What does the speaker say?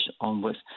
onwards